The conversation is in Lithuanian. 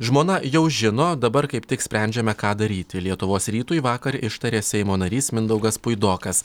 žmona jau žino dabar kaip tik sprendžiame ką daryti lietuvos rytui vakar ištarė seimo narys mindaugas puidokas